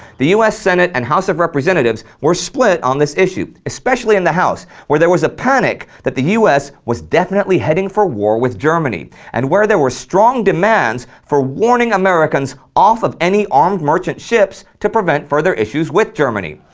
the us senate and house of representatives were split on issue, especially in the house where there was a panic that the us was definitely heading for war with germany and where there were strong demands for warning americans off of any armed merchant ships to prevent further issues with germany.